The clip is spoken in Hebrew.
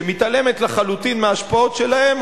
שמתעלמת לחלוטין מההשפעות שלהם,